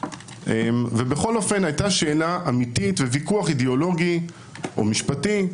ובכל אופן עלתה שאלה אמיתי וויכוח אידיאולוגי או משפטי,